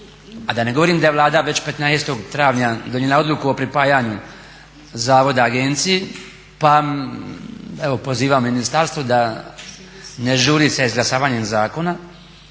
A da ne govorim da je Vlada već 15. travnja donijela odluku o pripajanju zavoda agenciji pa evo pozivam ministarstvo da ne žuri sa izglasavanjem zakona